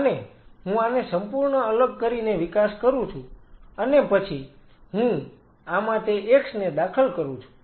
અને હું આને સંપૂર્ણ અલગ કરીને વિકાસ કરું છું અને પછી હું આમાં તે x ને દાખલ કરું છું